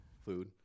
food